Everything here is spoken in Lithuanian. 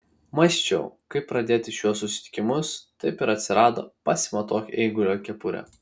mąsčiau kaip pradėti šiuos susitikimus taip ir atsirado pasimatuok eigulio kepurę